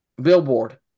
billboard